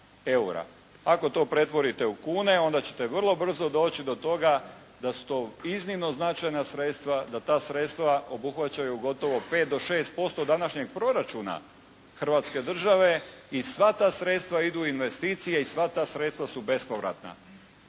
eura. Ako to pretvorite u kune onda ćete vrlo brzo doći do toga da su to iznimno značajna sredstva, da ta sredstva obuhvaćaju gotovo 5 do 6% današnjeg proračuna Hrvatske države i sva ta sredstva idu u investicije i sva ta sredstva su bespovratna.